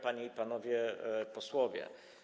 Panie i Panowie Posłowie!